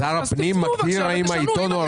שר הפנים מגדיר האם העיתון ארצי או לא ארצי?